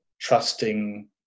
trusting